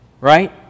right